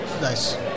nice